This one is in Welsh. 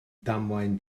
damwain